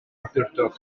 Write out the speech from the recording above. awdurdod